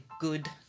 good